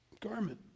garment